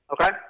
okay